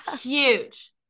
huge